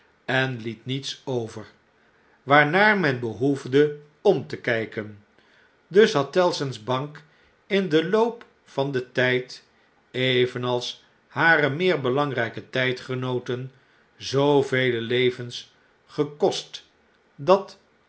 en liet niets over waarnaar men behoefde om te kflken dus had tellson's bank in den loop van den tijd evenals hare meer belangrijke tpgenooten zoo vele levens gekost dat